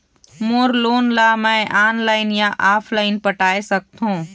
मोर loan ला मैं online या ऑफलाइन पटाए सकथों?